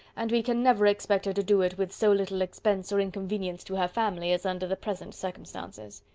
and we can never expect her to do it with so little expense or inconvenience to her family as under the present circumstances.